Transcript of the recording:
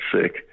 sick